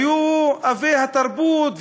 היו אבות התרבות,